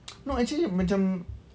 no actually macam